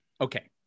Okay